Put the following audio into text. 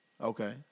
Okay